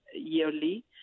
yearly